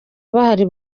bahari